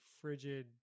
frigid